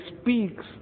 speaks